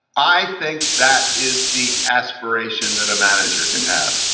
i think that is the aspiration that a manager can have.